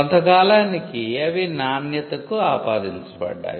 కొంత కాలానికి అవి నాణ్యతకు ఆపాదించబడ్డాయి